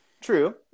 True